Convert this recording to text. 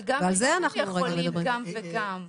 אבל גם היום הם יכולים גם וגם.